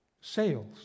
sales